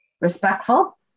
respectful